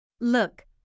Look